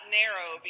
narrow